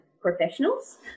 professionals